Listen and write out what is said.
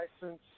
license